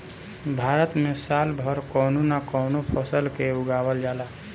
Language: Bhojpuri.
भारत में साल भर कवनो न कवनो फसल के उगावल जाला